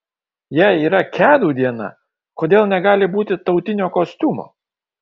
jei yra kedų diena kodėl negali būti tautinio kostiumo